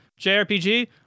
JRPG